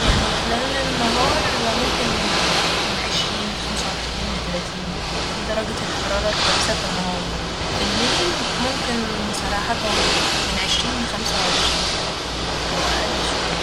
يعني خلال ال- نهار ممكن من عشرين لخمسة وعشرين لتلاتين ، دي درجة الحرارة الكويسة في النهار ، في الليل ممكن صراحة من عشرين لخمسة وعشرين أو أقل شوية